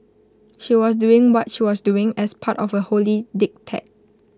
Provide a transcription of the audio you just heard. she was doing what she was doing as part of A holy diktat